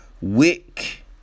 Wick